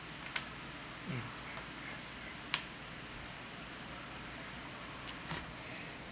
mm